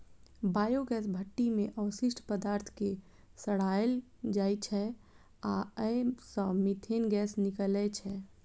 biogas भट्ठी मे अवशिष्ट पदार्थ कें सड़ाएल जाइ छै आ अय सं मीथेन गैस निकलै छै